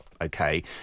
Okay